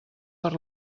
per